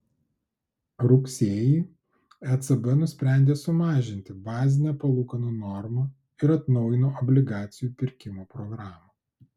rugsėjį ecb nusprendė sumažinti bazinę palūkanų normą ir atnaujino obligacijų pirkimo programą